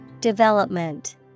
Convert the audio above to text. Development